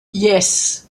yes